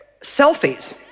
Selfies